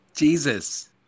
Jesus